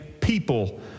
people